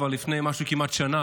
כבר לפני כמעט שנה,